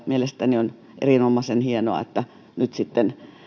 mielestäni on erinomaisen hienoa että nyt sitten